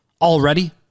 already